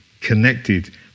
connected